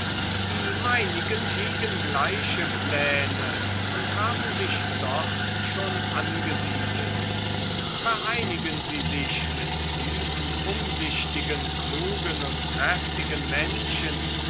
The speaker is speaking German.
die meinigen hegen gleiche plane und haben sich dort schon angesiedelt vereinigen sie sich mit diesen umsichtigen klugen und kräftigen menschen